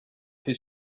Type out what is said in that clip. his